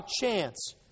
chance